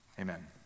amen